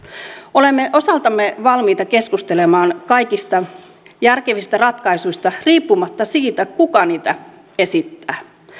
olemme osaltamme valmiita keskustelemaan kaikista järkevistä ratkaisuista riippumatta siitä kuka niitä esittää